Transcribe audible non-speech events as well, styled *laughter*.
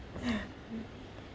*laughs*